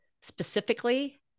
specifically